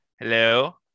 Hello